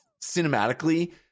cinematically